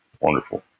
Wonderful